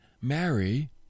marry